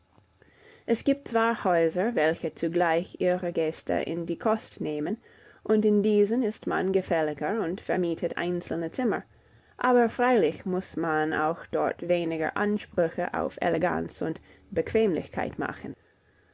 es gibt zwar häuser welche zugleich ihre gäste in die kost nehmen und in diesen ist man gefälliger und vermietet einzelne zimmer aber freilich muß man auch dort weniger ansprüche auf eleganz und bequemlichkeit machen